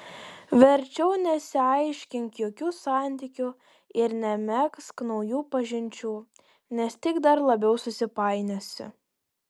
verčiau nesiaiškink jokių santykių ir nemegzk naujų pažinčių nes tik dar labiau susipainiosi